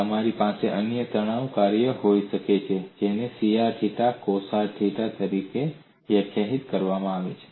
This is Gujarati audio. અને તમારી પાસે અન્ય તણાવ કાર્ય હોઈ શકે છે જેને C r theta cos theta તરીકે વ્યાખ્યાયિત કરવામાં આવે છે